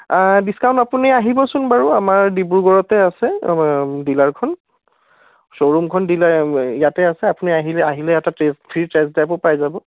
discount আপুনি আহিবচোন বাৰু আমাৰ ডিব্ৰুগড়তে আছে আমাৰ ডীলাৰখন শ্ব'ৰোমখন ডিলাৰ ইয়াতে আছে আপুনি আহিলে আহিলে ইয়াতে টী ফ্ৰী টেষ্ট ড্ৰাইভো পাই যাব